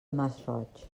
masroig